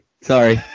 Sorry